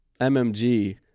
MMG